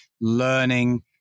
learning